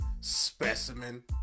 specimen